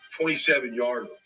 27-yarder